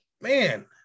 man